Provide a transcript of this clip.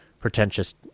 pretentious